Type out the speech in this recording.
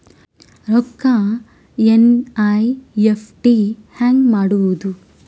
ರೊಕ್ಕ ಎನ್.ಇ.ಎಫ್.ಟಿ ಹ್ಯಾಂಗ್ ಮಾಡುವುದು?